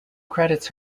credits